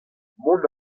mont